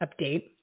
update